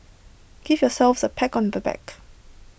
give yourselves A pack on the back